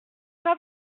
pas